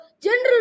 general